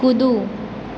कूदू